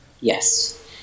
Yes